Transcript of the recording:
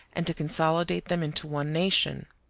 and to consolidate them into one nation.